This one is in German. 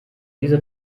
dieser